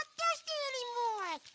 thirsty anymore.